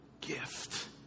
gift